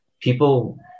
people